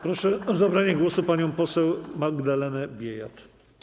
Proszę o zabranie głosu panią poseł Magdalenę Biejat.